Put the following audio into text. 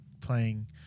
playing